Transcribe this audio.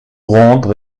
rondes